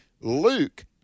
Luke